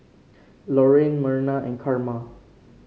Loraine Merna and Karma